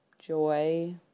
joy